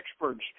experts